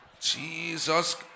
Jesus